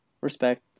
respect